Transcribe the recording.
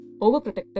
overprotective